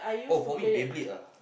oh for me ah